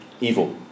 evil